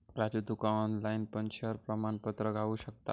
राजू तुका ऑनलाईन पण शेयर प्रमाणपत्र गावु शकता